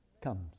comes